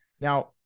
Now